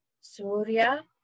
Surya